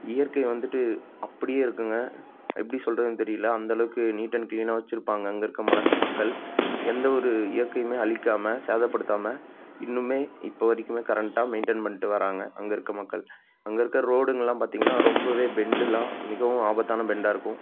இயற்கை வந்துட்டு அப்படியே இருக்குங்க எப்படி சொல்கிறதுன்னு தெரியல அந்தளவுக்கு நீட் அண்ட் க்ளீனாக வெச்சுருப்பாங்க அங்கே இருக்கற மலை மக்கள் எந்த ஒரு இயற்கையுமே அழிக்காம சேதப்படுத்தாமல் இன்னுமே இப்போ வரைக்குமே கரெண்ட்டாக மெயின்டேன் பண்ணிட்டு வர்றாங்க அங்கே இருக்கற மக்கள் அங்கே இருக்கற ரோடுங்கெல்லாம் பார்த்தீங்கன்னா ரொம்பவே பெண்டெல்லாம் மிகவும் ஆபத்தான பெண்டாக இருக்கும்